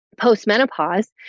post-menopause